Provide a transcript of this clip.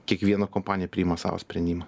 kiekviena kompanija priima savo sprendimą